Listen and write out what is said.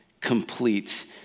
complete